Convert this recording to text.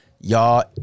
Y'all